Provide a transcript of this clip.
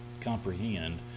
comprehend